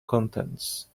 contents